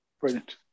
Brilliant